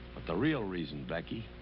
but the real reason, becky,